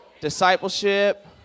discipleship